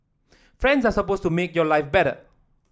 friends are supposed to make your life better